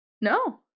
No